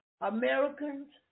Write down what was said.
Americans